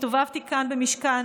שהסתובבתי כאן במשכן